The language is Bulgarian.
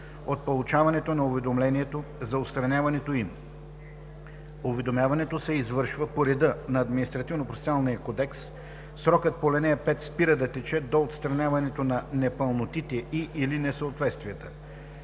Уведомяването се извършва по реда на Административнопроцесуалния кодекс. Срокът по ал. 5 спира да тече до отстраняване на непълнотите и/или несъответствията.“